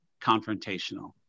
confrontational